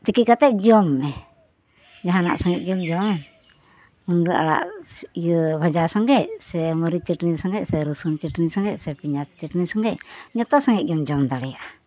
ᱛᱤᱠᱤ ᱠᱟᱛᱮ ᱡᱚᱢᱢᱮ ᱡᱟᱦᱟᱱᱟᱜ ᱥᱚᱝᱜᱮ ᱜᱮᱢ ᱡᱚᱢ ᱢᱩᱱᱜᱟᱹ ᱟᱲᱟᱜ ᱤᱭᱟᱹ ᱵᱷᱟᱡᱟ ᱥᱚᱝᱜᱮ ᱥᱮ ᱢᱟᱹᱨᱤᱪ ᱪᱟᱹᱴᱱᱤ ᱥᱚᱝᱜᱮ ᱥᱮ ᱨᱚᱥᱩᱱ ᱪᱟᱹᱴᱱᱤ ᱥᱚᱝᱜᱮ ᱥᱮ ᱯᱤᱭᱟᱡ ᱪᱟᱹᱴᱱᱤ ᱥᱚᱝᱜᱮ ᱡᱚᱛᱚ ᱥᱚᱝᱜᱮ ᱜᱮᱢ ᱡᱚᱢ ᱫᱟᱲᱮᱭᱟᱜᱼᱟ